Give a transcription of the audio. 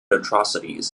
atrocities